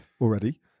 already